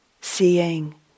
seeing